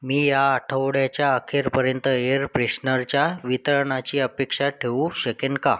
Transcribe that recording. मी या आठवड्याच्या अखेरपर्यंत एअर फ्रेशनरच्या वितरणाची अपेक्षा ठेवू शकेन का